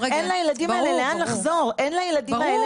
אין לילדים הללו מסגרות לחזור אליהן.